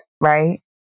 right